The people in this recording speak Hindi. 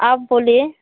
आप बोलिए